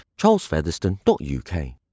charlesfeatherstone.uk